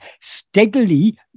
steadily